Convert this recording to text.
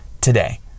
today